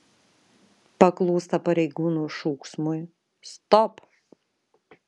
paklūsta pareigūnų šūksmui stop